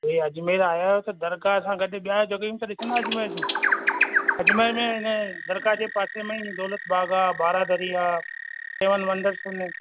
भई अजमेर आया आहियो त दरगाह सां गॾु ॿिया जगहयूं त ॾिसंदा अजमेर जूं अजमेर में हिन दरगाह जे पासे में ही दौलत बाग़ु आहे बारादरी आहे सेवन वंडर्स आहिनि